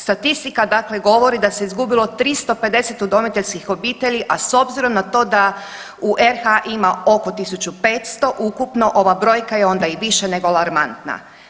Statistika dakle govori da se izgubilo 350 udomiteljskih obitelji, a s obzirom na to da u RH ima oko 1500 ukupno ova brojka je onda i više nego alarmantna.